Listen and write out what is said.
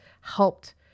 helped